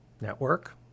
network